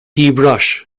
brush